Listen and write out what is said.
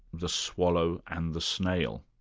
the swallow and the snail.